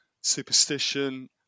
superstition